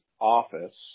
office